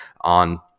on